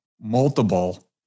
multiple